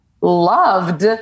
loved